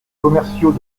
commerciaux